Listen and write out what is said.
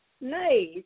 nice